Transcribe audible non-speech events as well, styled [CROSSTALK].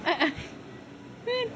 [LAUGHS]